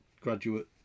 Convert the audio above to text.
graduate